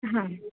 હા